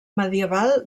medieval